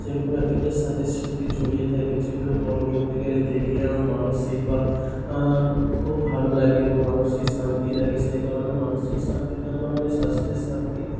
সেগুলো এক একটার সাথে স্মৃতি জড়িয়ে থাকে যেগুলো পরবর্তীকালে দেখলে আমার মানসিক বা খুব ভালো লাগে এবং মানসিক শান্তি লাগে সেই কারণে মানসিক শান্তি রাখা মানে স্বাস্থ্যের শান্তি